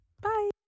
Bye